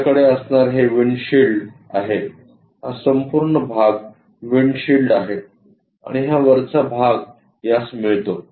आपल्याकडे असणारे हे विंडशील्ड आहे हा संपूर्ण भाग विंडशील्ड आहे आणि हा वरचा भाग यास मिळतो